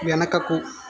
వెనకకు